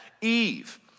Eve